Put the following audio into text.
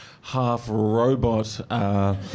half-robot